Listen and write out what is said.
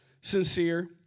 sincere